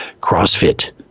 CrossFit